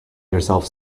yourself